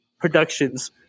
productions